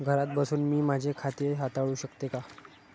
घरात बसून मी माझे खाते हाताळू शकते का?